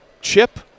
chip